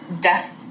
death